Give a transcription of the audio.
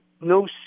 no